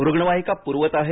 रुग्णवाहिका पुरवत आहेत